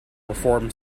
perform